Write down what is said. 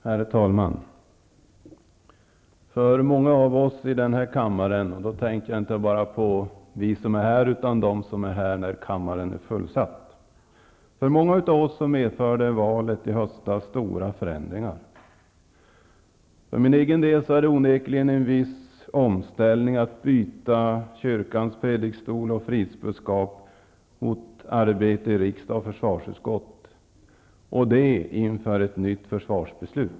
Herr talman! För många av oss i denna kammare -- och jag tänker då inte bara på oss som är här nu, utan på alla dem som är här när kammaren är fullsatt -- medförde valet i höstas stora förändringar. För min egen del är det onekligen en viss omställning att byta kyrkans predikstol och fridsbudskap mot arbete i riksdag och försvarsutskott -- och det inför ett nytt försvarsbeslut.